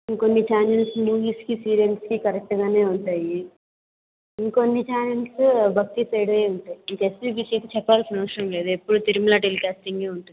ఇంకొన్ని ఛానల్స్ న్యూస్కి సీరియల్స్కి కరెక్ట్గానే ఉంటాయి ఇంకొన్ని ఛానెల్స్ భక్తి సైడే ఉంటాయి ఇంక ఎస్విబిసి చెప్పనవసరమే లేదు ఎప్పుడు తిరుమల టెలికాస్టింగే ఉంటుంది